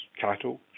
cattle